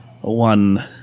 one